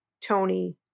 tony